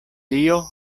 dio